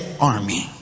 army